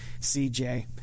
CJ